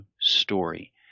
story